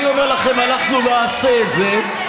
ואני אומר לכם: אנחנו נעשה את זה,